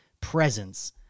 presence